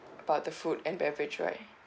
about the food and beverage right